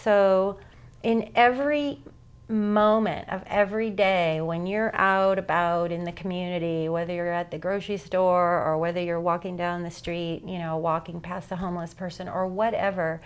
so in every moment of every day when you're out about in the community whether you're at the grocery store or whether you're walking down the street you know walking past a homeless person or whatever